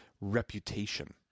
reputation